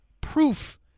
proof